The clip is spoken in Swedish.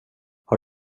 har